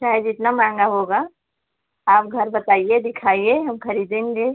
चाहे जितना महंगा होगा आप घर बताइए दिखाइए हम खरीदेंगे